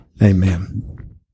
Amen